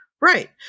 Right